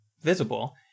visible